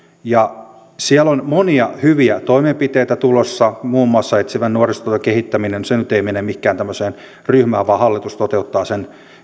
siellä on monia hyviä toimenpiteitä tulossa muun muassa etsivän nuorisotyön kehittäminen se nyt ei mene mihinkään tämmöiseen ryhmään vaan hallitus toteuttaa sen